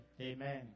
Amen